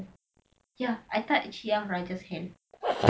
ya I touched yung raja's hand